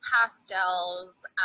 pastels